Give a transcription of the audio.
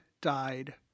died